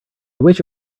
wish